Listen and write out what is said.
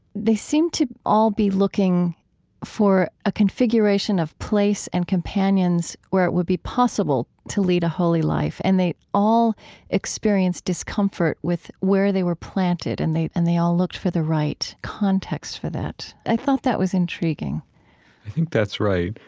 they seem to all be looking for a configuration of place and companions where it would be possible to lead a holy life. and they all experience discomfort with where they were planted, and and they all looked for the right context for that. i thought that was intriguing i think that's right.